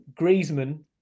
Griezmann